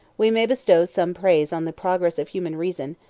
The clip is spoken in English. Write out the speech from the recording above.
we may bestow some praise on the progress of human reason,